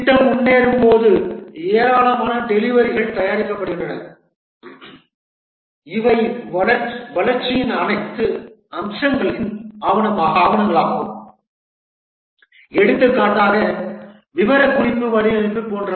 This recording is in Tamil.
திட்டம் முன்னேறும்போது ஏராளமான டெலிவரிகள் தயாரிக்கப்படுகின்றன இவை வளர்ச்சியின் அனைத்து அம்சங்களின் ஆவணங்களாகும் எடுத்துக்காட்டாக விவரக்குறிப்பு வடிவமைப்பு போன்றவை